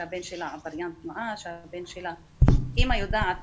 שהבן שלה עבריין תנועה אימא יודעת,